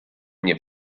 mnie